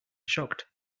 shocked